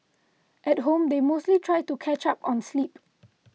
at home they mostly try to catch up on sleep